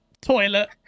toilet